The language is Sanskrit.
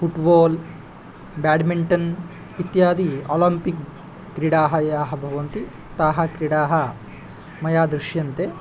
फ़ुट्बाल् बेड्मेन्टन् इत्यादि ओलम्पिक् क्रीडाः याः भवन्ति ताः क्रीडाः मया दृश्यन्ते